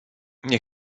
nie